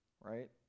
right